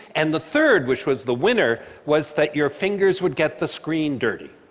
and the third, which was the winner, was that your fingers would get the screen dirty,